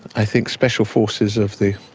i think special forces of the